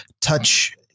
touch